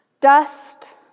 Dust